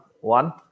one